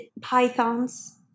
pythons